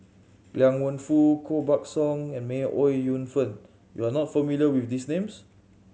Liang Wenfu Koh Buck Song and May Ooi Yu Fen you are not familiar with these names